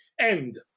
end